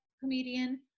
comedian